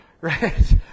right